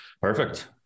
Perfect